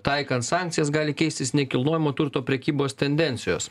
taikant sankcijas gali keistis nekilnojamo turto prekybos tendencijos